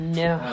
no